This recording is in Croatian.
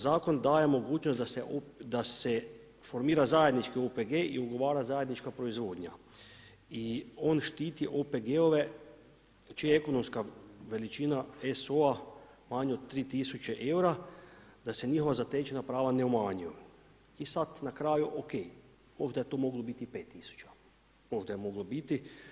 Zakon daje mogućnost da se formira zajednički OPG i ugovora zajednička proizvodnja i on štiti OPG-ove čija je ekonomska veličina SO-a manja od 3000 eura, da se njihova zatečena prava ne umanjuju i sada na kraju ok možda je to moglo biti i 5000, možda je moglo biti.